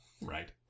Right